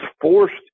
forced